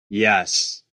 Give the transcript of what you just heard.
yes